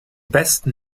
besten